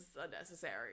unnecessary